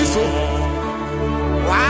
Wow